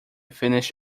finish